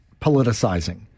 politicizing